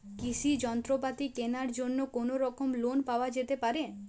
কৃষিযন্ত্রপাতি কেনার জন্য কোনোরকম লোন পাওয়া যেতে পারে?